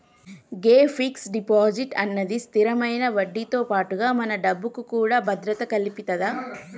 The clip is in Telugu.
గే ఫిక్స్ డిపాజిట్ అన్నది స్థిరమైన వడ్డీతో పాటుగా మన డబ్బుకు కూడా భద్రత కల్పితది